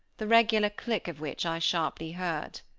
the regular click of which i sharply heard.